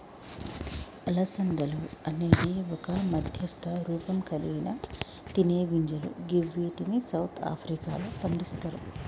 అలసందలు అనేది ఒక మధ్యస్థ రూపంకల్గిన తినేగింజలు గివ్విటిని సౌత్ ఆఫ్రికాలో పండిస్తరు